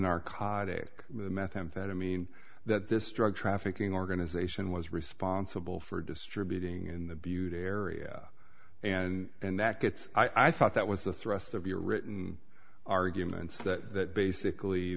narcotic methamphetamine that this drug trafficking organization was responsible for distributing in the beauty area and and that gets i thought that was the thrust of your written arguments that that basically